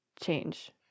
change